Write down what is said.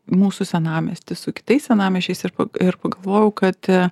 mūsų senamiestį su kitais senamiesčiais ir pag ir pagalvojau kad